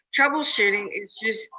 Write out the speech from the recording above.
troubleshooting issues,